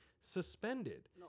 suspended